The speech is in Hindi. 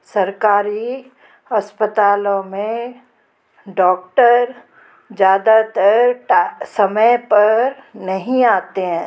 सरकारी अस्पतालों में डॉक्टर ज़्यादातर समय पर नहीं आते हैं